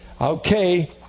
Okay